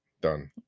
Done